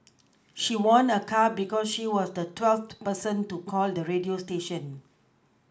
she won a car because she was the twelfth person to call the radio station